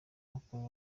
mukuru